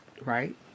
right